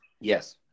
yes